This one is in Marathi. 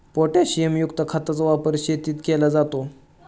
पोटॅशियमयुक्त खताचा वापर शेतीत केला जातो